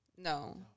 No